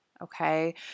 Okay